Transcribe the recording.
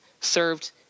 served